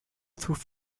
through